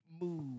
move